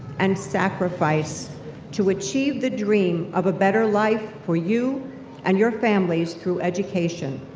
and sacrifice to achieve the dream of a better life for you and your families through education.